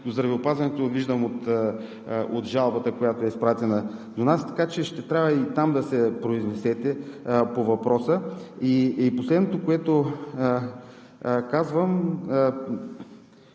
на здравеопазването, виждам от жалбата, която е изпратена до нас, така че ще трябва и там да се произнесете по въпроса. И последното, което казвам,